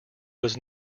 was